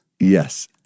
Yes